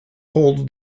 holds